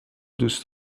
دوست